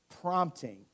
Prompting